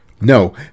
No